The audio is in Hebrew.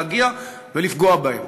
להגיע ולפגוע בהם.